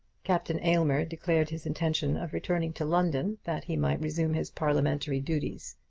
captain aylmer declared his intention of returning to london that he might resume his parliamentary duties.